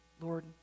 Lord